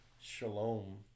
Shalom